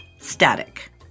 static